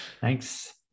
thanks